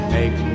Make